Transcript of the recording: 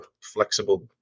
flexible